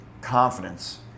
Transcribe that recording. confidence